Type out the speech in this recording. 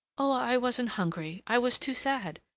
oh! i wasn't hungry, i was too sad!